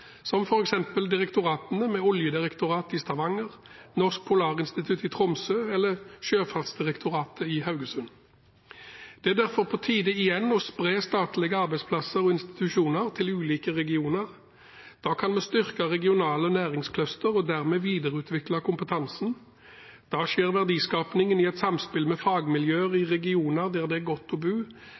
som f.eks. direktoratene, med Oljedirektoratet i Stavanger, Norsk Polarinstitutt i Tromsø eller Sjøfartsdirektoratet i Haugesund. Det er derfor på tide igjen å spre statlige arbeidsplasser og institusjoner til ulike regioner. Da kan vi styrke regionale næringscluster og dermed videreutvikle kompetansen. Da skjer verdiskapingen i et samspill med fagmiljøer i regioner der det er godt å bo